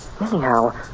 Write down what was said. Anyhow